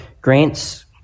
Grant's